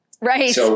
Right